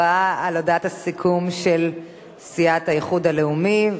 הודעת הסיכום של סיעת האיחוד הלאומי.